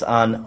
on